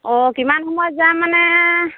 অ' কিমান সময়ত যাম মানে